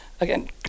again